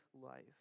life